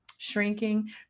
shrinking